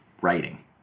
writing